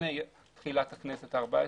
לפני תחילת הכנסת ה-14,